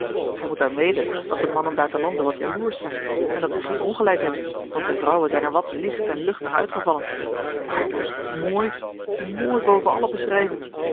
gij moet dan weten dat de mannen daar te lande wat jaloersch zijn en dat ze geen ongelijk hebben want de vrouwen zijn er wat licht en luchtig uitgevallen maar mooi mooi boven alle beschrijving